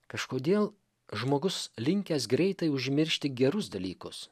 kažkodėl žmogus linkęs greitai užmiršti gerus dalykus